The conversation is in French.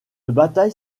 bataille